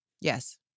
Yes